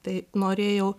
tai norėjau